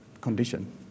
condition